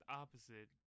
opposite